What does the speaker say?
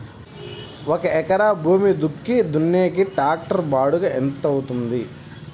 ఒక ఎకరా భూమి దుక్కి దున్నేకి టాక్టర్ బాడుగ ఎంత అవుతుంది?